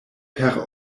per